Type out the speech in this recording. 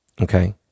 okay